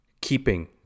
keeping